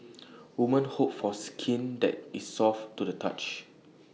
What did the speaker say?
woman hope for skin that is soft to the touch